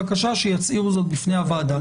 בבקשה שיצהירו זאת בפני הוועדה.